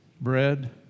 Bread